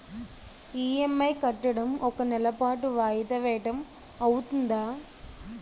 EMI కట్టడం ఒక నెల పాటు వాయిదా వేయటం అవ్తుందా?